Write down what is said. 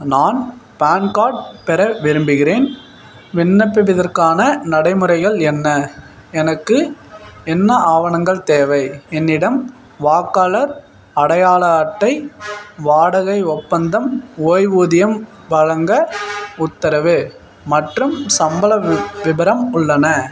நான் PAN card பெற விரும்புகிறேன் விண்ணப்பிப்பதற்கான நடைமுறைகள் என்ன எனக்கு என்ன ஆவணங்கள் தேவை என்னிடம் வாக்காளர் அடையாள அட்டை வாடகை ஒப்பந்தம் ஓய்வூதியம் வழங்க உத்தரவு மற்றும் சம்பள வி விபரம் உள்ளன